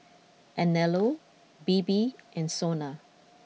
Anello Bebe and Sona